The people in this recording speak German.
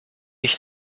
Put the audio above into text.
ich